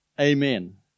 Amen